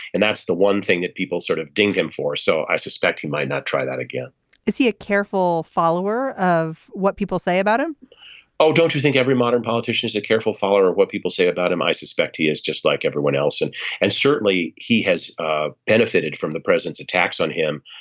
and that's the one thing that people sort of deny him for so i suspect he might not try that again is he a careful follower of what people say about him oh don't you think every modern politician is a careful follower of what people say about him i suspect he is just like everyone else. and and certainly he has ah benefited from the president's attacks on him.